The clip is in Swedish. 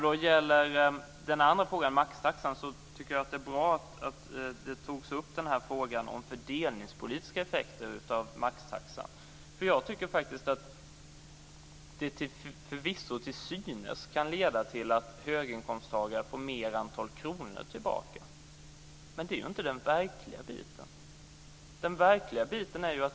I frågan om maxtaxan tycker jag att det är bra att de fördelningspolitiska effekterna av denna togs upp. Den kan förvisso till synes leda till att höginkomsttagare får ett större antal kronor tillbaka, men det är inte det väsentliga.